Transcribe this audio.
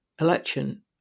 election